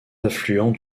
affluent